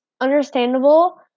understandable